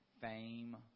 fame